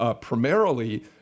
primarily